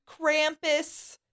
Krampus